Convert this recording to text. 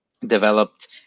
developed